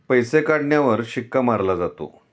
पैसे काढण्यावर शिक्का मारला जातो